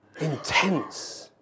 intense